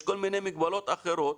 יש כל מיני מגבלות אחרות